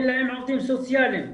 אין להם עובדים סוציאליים,